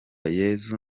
yesu